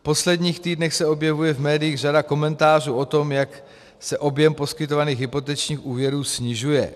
V posledních týdnech se objevuje v médiích řada komentářů o tom, jak se objem poskytovaných hypotečních úvěrů snižuje.